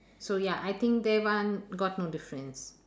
so ya I think that one got no difference